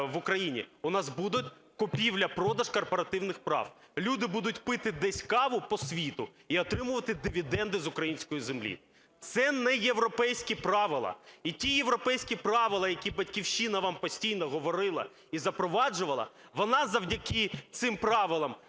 у нас буде купівля-продаж корпоративних прав, люди будуть пити десь каву по світу і отримувати дивіденди з української землі. Це не європейські правила. І ті європейські правила, які "Батьківщина" вам постійно говорила і запроваджувала, вона завдяки цим правилам…